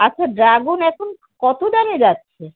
আচ্ছা ড্রাগন এখন কতো দামে যাচ্ছে